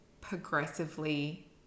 progressively